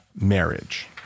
marriage